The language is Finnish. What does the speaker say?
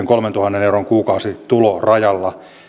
kolmentuhannen euron kuukausitulorajalla